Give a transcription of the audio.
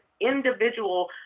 individual